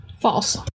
False